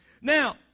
Now